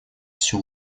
всю